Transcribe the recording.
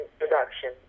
production